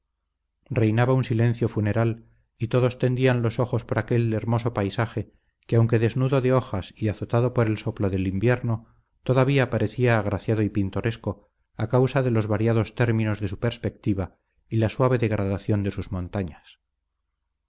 reinaba un silencio funeral y todos tendían los ojos por aquel hermoso paisaje que aunque desnudo de hojas y azotado por el soplo del invierno todavía parecía agraciado y pintoresco a causa de los variados términos de su perspectiva y la suave degradación de sus montañas